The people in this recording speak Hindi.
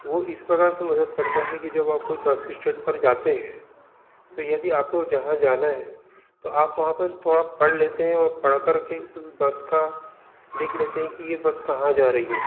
वो इस प्रकार से मदद करता है कि जब आप कोई बस स्टैंड पर जाते हैं तो यदि आपको जहाँ जाना है तो आप वहाँ पर थोड़ा पढ़ लेते हैं और पढ़ कर के उस बस का देख लेते है कि ये बस कहाँ जा रही है